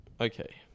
Okay